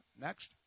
Next